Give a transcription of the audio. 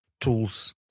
tools